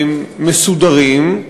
מסודרים,